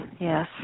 yes